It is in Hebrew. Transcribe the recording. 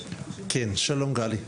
שלום, גלי.